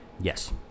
Yes